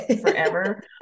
Forever